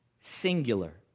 singular